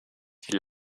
die